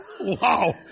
Wow